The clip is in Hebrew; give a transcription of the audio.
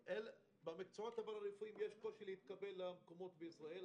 במקצועות הפרה-רפואיים יש קושי להתקבל ללימודים גבוהים בישראל,